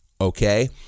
Okay